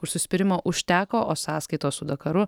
užsispyrimo užteko o sąskaitos su dakaru